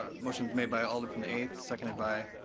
ah motion made by alder from the eighth, seconded by.